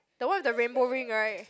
the one with the rainbow ring right